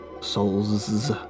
souls